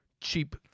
cheap